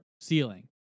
ceiling